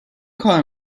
کار